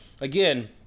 again